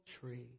tree